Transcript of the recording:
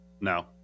No